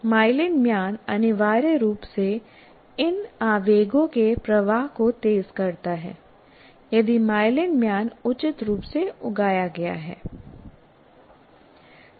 myelin म्यान अनिवार्य रूप से इन आवेगों के प्रवाह को तेज करता है यदि माइलिन म्यान उचित रूप से उगाया गया है